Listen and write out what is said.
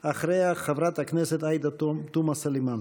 אחריה, חברת הכנסת עאידה תומא סלימאן.